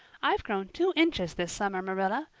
i've grown two inches this summer, marilla.